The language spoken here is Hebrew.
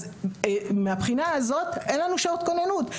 אז מהבחינה הזאת, אין לנו שעות כוננות.